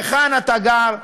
היכן אתה גר,